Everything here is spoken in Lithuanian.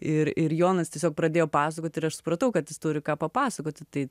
ir ir jonas tiesiog pradėjo pasakot ir aš supratau kad jis turi ką papasakoti tai